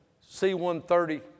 C-130